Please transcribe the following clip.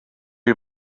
you